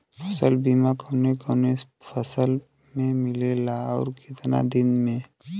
फ़सल बीमा कवने कवने फसल में मिलेला अउर कितना दिन में?